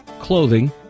clothing